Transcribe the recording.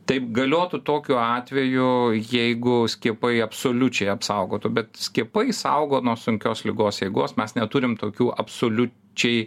taip galiotų tokiu atveju jeigu skiepai absoliučiai apsaugotų bet skiepai saugo nuo sunkios ligos eigos mes neturim tokių absoliučiai